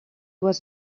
was